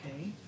okay